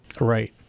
Right